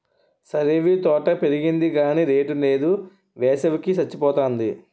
సరేవీ తోట పెరిగింది గాని రేటు నేదు, వేసవి కి సచ్చిపోతాంది